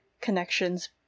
connections